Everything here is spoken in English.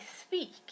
speak